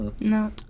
No